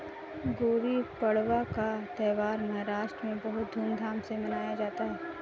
गुड़ी पड़वा का त्यौहार महाराष्ट्र में बहुत धूमधाम से मनाया जाता है